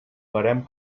barem